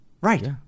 right